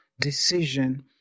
decision